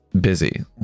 Busy